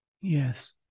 Yes